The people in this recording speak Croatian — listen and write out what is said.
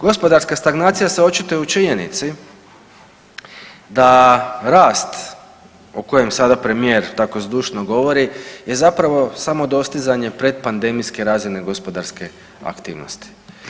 Gospodarska stagnacija se očituje u činjenici da rast o kojem sada premijer tako zdušno govori je zapravo samo dostizanje pred pandemijske razine gospodarske aktivnosti.